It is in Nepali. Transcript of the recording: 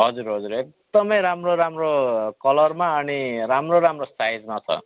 हजुर हजुर एकदमै राम्रो राम्रो कलरमा अनि राम्रो राम्रो साइजमा छ